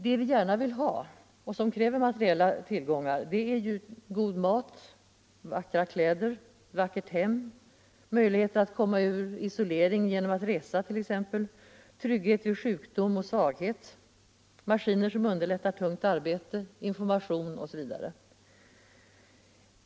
Det vi gärna vill ha och som kräver materiella tillgångar är ju god mat, vackra kläder, ett vackert hem, möjligheter att komma ur isolering genom att resa t.ex., trygghet vid sjukdom och svaghet, maskiner som underlättar tungt arbete, information osv.